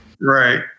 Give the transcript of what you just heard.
right